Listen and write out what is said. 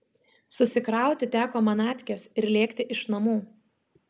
susikrauti teko manatkes ir lėkti iš namų